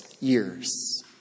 years